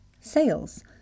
Sales